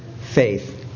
faith